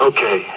Okay